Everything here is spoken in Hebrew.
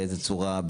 באיזו צורה,